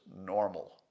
normal